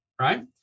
right